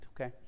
okay